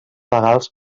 legals